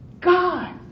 God